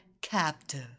captive